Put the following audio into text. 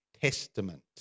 Testament